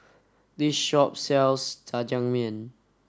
this shop sells Jajangmyeon